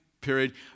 period